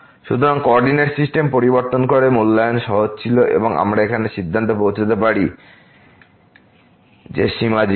সুতরাং coordinate system পরিবর্তন করে মূল্যায়ন সহজ ছিল এবং আমরা এখন এই সিদ্ধান্তে পৌঁছতে পারি যে সীমা 0